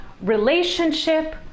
relationship